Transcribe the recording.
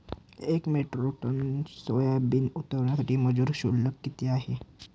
एक metric ton soybean उतरवण्याकरता मजूर शुल्क किती आहे?